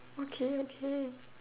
okay okay